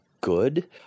good